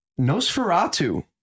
Nosferatu